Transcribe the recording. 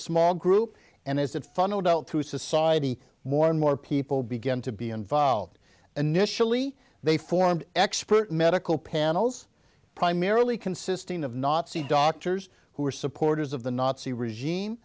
small group and as it funneled out through society more and more people began to be involved initially they formed expert medical panels primarily consisting of nazi doctors who were supporters of the nazi regime